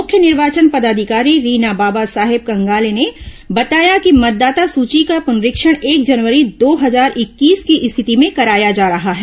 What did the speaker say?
मुख्य निर्वाचन पदाधिकारी रीना बाबा साहेब कंगाले ने बताया कि मतदाता सूची का पूनरीक्षण एक जनवरी दो हजार इक्कीस की स्थिति में कराया जा रहा है